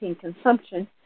consumption